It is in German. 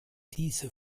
diese